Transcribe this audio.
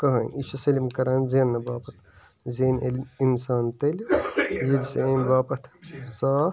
کٕہٲنۍ یہِ چھُ سٲلِم کران زیننہٕ باپَتھ زینہِ ییٚلہِ اِنسان تیٚلہِ ییٚلہِ سُہ اَمہِ باپَتھ صاف